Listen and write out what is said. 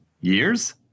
years